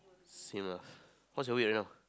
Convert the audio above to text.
same lah what's your weight right now